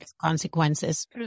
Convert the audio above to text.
consequences